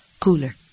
cooler